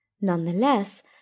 Nonetheless